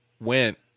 went